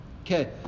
Okay